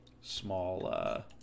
small